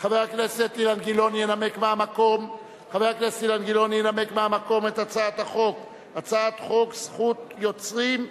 חבר הכנסת אילן גילאון ינמק מהמקום את הצעת חוק זכות יוצרים (תיקון,